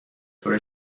طور